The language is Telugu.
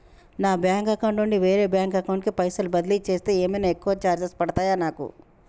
నా బ్యాంక్ అకౌంట్ నుండి వేరే బ్యాంక్ అకౌంట్ కి పైసల్ బదిలీ చేస్తే ఏమైనా ఎక్కువ చార్జెస్ పడ్తయా నాకు?